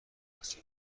مشخصه